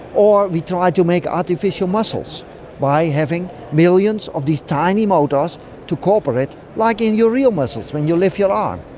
we tried to make artificial muscles by having millions of these tiny motors to cooperate like in your real muscles, when you lift your arm.